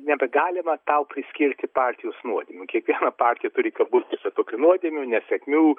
nebegalima tau priskirti partijos nuodėmių kiekviena partija turi kabutėse tokių nuodėmių nesėkmių